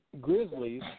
Grizzlies